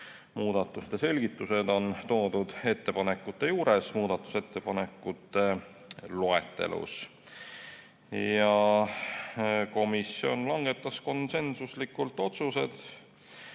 Muudatuste selgitused on toodud ettepanekute juures muudatusettepanekute loetelus. Komisjon langetas konsensuslikult otsused